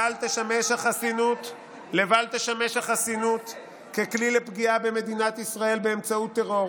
תשמש החסינות ככלי לפגיעה במדינת ישראל באמצעות טרור,